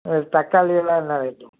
ம் இது தக்காளிலாம் என்ன ரேட்டு